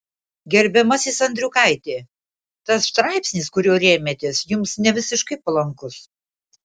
gerbiamasis andriukaiti tas straipsnis kuriuo rėmėtės jums nevisiškai palankus